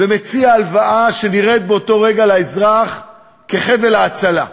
ומציע הלוואה, שנראית באותו רגע לאזרח כחבל ההצלה,